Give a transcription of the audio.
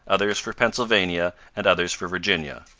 others for pennsylvania, and others for virginia.